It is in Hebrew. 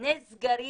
נסגרים?